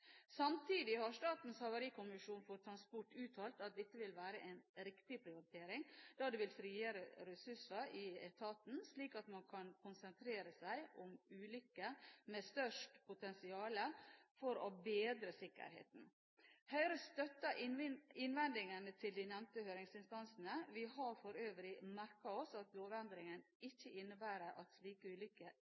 Samtidig har Statens havarikommisjon for transport uttalt at dette vil være en riktig prioritering, da det vil frigjøre ressurser i etaten, slik at man kan konsentrere seg om ulykker med størst potensial for å bedre sikkerheten. Høyre støtter innvendingene til de nevnte høringsinstansene. Vi har for øvrig merket oss at lovendringen ikke innebærer at